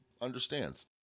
understands